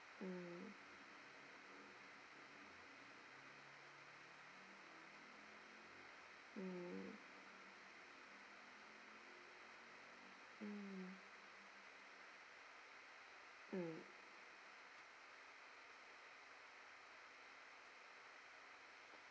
mm mm mm mm